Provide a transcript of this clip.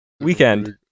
weekend